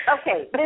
Okay